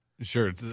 Sure